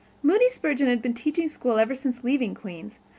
moody spurgeon had been teaching school ever since leaving queen's,